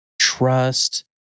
trust